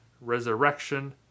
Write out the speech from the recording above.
resurrection